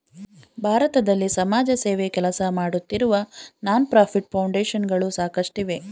ಭಾರತದಲ್ಲಿ ಸಮಾಜಸೇವೆ ಕೆಲಸಮಾಡುತ್ತಿರುವ ನಾನ್ ಪ್ರಫಿಟ್ ಫೌಂಡೇಶನ್ ಗಳು ಸಾಕಷ್ಟಿವೆ